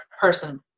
person